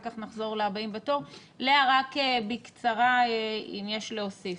לאה, רק בקצרה אם יש להוסיף.